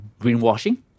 greenwashing